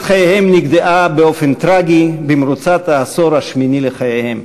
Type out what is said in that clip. חייהם נגדעה באופן טרגי במרוצת העשור השמיני לחייהם,